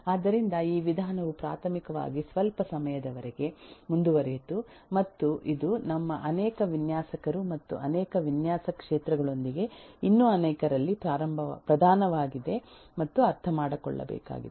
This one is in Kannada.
ಆದ್ದರಿಂದ ಈ ವಿಧಾನವು ಪ್ರಾಥಮಿಕವಾಗಿ ಸ್ವಲ್ಪ ಸಮಯದವರೆಗೆ ಮುಂದುವರಿಯಿತು ಮತ್ತು ಇದು ನಮ್ಮ ಅನೇಕ ವಿನ್ಯಾಸಕರು ಮತ್ತು ಅನೇಕ ವಿನ್ಯಾಸ ಕ್ಷೇತ್ರಗಳೊಂದಿಗೆ ಇನ್ನೂ ಅನೇಕರಲ್ಲಿ ಪ್ರಧಾನವಾಗಿದೆ ಮತ್ತು ಅರ್ಥಮಾಡಿಕೊಳ್ಳಬೇಕಾಗಿದೆ